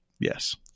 Yes